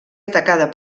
atacada